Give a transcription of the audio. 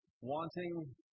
Wanting